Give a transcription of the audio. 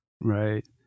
Right